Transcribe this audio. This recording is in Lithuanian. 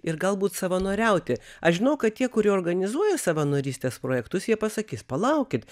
ir galbūt savanoriauti aš žinau kad tie kurie organizuoja savanorystės projektus jie pasakys palaukit